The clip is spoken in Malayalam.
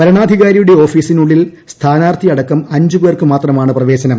വരണാധികാരിയുടെ ഓഫിസിനുള്ളിൽ സ്ഥാ നാർത്ഥി അടക്കം അഞ്ചുപേർക്കു മാത്രമാണ് പ്രവേശനം